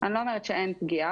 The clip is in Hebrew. אני לא אומרת שאין פגיעה.